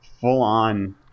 full-on